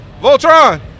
Voltron